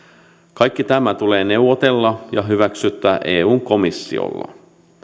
kaikki tämä tulee neuvotella ja hyväksyttää eun komissiolla